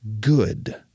good